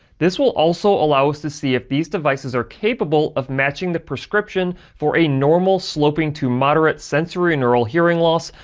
this will also allow us to see if these devices are capable of matching the prescription for a normal sloping-to-moderate sensory neural hearing loss,